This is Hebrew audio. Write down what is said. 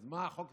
אז מה חוק-יסוד?